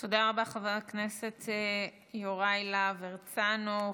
תודה רבה, חבר הכנסת יוראי להב הרצנו.